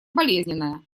болезненная